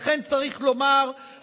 לכן צריך לומר,